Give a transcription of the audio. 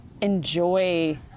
enjoy